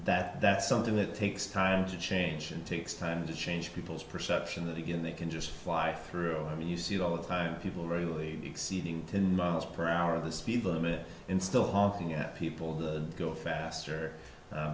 that that's something that takes time to change and takes time to change people's perception that again they can just fly through i mean you see all the time people really exciting ten miles per hour the speed limit in still hocking at people that go faster